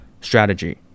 strategy